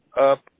up